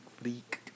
freak